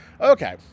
okay